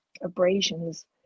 abrasions